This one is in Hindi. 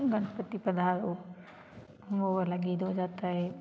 गणपति पधारो वो वाला गीत हो जाता है